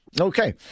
Okay